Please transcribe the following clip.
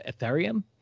Ethereum